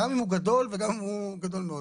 גם אם הוא גדול וגם אם הוא גדול מאוד.